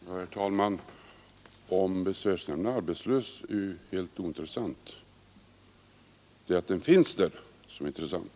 Herr talman! Om besvärsnämnden är arbetslös är helt ointressant. Det är det förhållandet att den finns som är intressant.